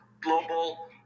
global